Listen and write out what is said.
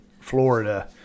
Florida